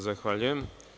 Zahvaljujem.